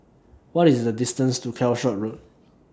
What IS The distance to Calshot Road